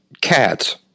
cats